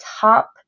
top